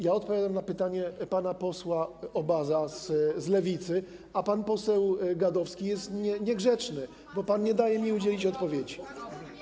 Ja odpowiadam na pytanie pana posła Obaza z Lewicy, a pan poseł Gadowski jest niegrzeczny, bo pan nie daje mi udzielić odpowiedzi.